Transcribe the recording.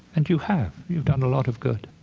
and you have. you've done a lot of good.